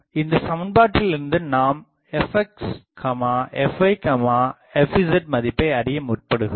இந்தச் சமன்பாட்டிலிருந்து நாம் fx fy fz மதிப்பை அறியமுற்படுகிறோம்